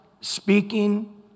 speaking